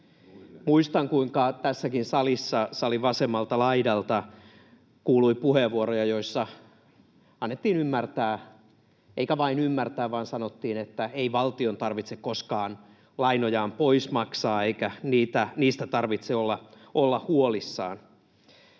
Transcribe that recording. Muistan, kuinka tässäkin salissa salin vasemmalta laidalta kuului puheenvuoroja, joissa annettiin ymmärtää eikä vain ymmärtää vaan sanottiin, että ei valtion tarvitse koskaan lainojaan pois maksaa eikä niistä tarvitse olla huolissaan.